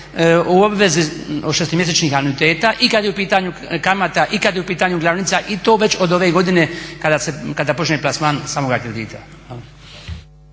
u obvezi od šestomjesečnih anuiteta i kad je u pitanju kamata i kad je u pitanju glavnica i to već od ove godine kada se, kada počne plasman samoga kredita.